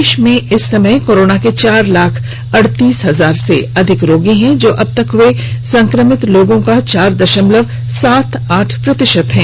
देश में इस समय कोरोना के चार लाख अड़तीस हजार से अधिक रोगी है जो अब तक हुए संक्रमित लोगों का चार दशमलव सात आठ प्रतिशत है